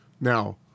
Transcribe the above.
Now